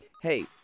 hey